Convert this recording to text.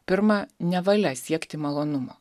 pirma nevalia siekti malonumo